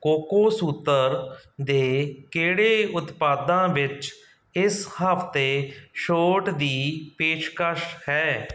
ਕੋਕੋਸੂਤਰ ਦੇ ਕਿਹੜੇ ਉਤਪਾਦਾਂ ਵਿੱਚ ਇਸ ਹਫ਼ਤੇ ਛੋਟ ਦੀ ਪੇਸ਼ਕਸ਼ ਹੈ